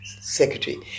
Secretary